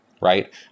right